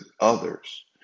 others